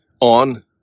on